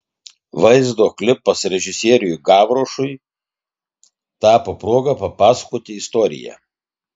vaizdo klipas režisieriui gavrišui tapo proga papasakoti istoriją